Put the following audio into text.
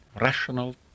rational